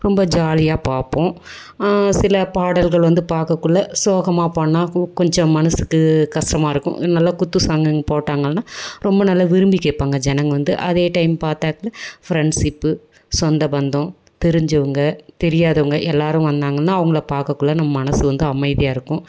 ரொம்ப ஜாலியாக பார்ப்போம் சில பாடல்கள் வந்து பார்க்கக்குள்ள சோகமாக பாட்டுனா கு கொஞ்சம் மனசுக்கு கஷ்டமா இருக்கும் நல்லா குத்து சாங்குங்க போட்டாங்கள்னா ரொம்ப நல்ல விரும்பி கேட்பாங்க ஜெனங்க வந்து அதே டைம் பார்த்தாக்ல ஃப்ரெண்ட்ஸிப்பு சொந்த பந்தம் தெரிஞ்சவங்க தெரியாதவங்க எல்லோரும் வந்தாங்கன்னா அவங்கள பார்க்கக்குள்ள நம் மனசு வந்து அமைதியாக இருக்கும்